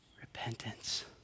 Repentance